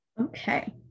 Okay